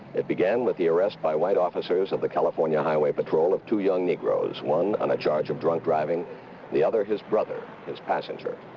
it began with the arrest by white officers of the california highway patrol of two young negroes. one, on a charge of drunk driving the other, his brother his passenger.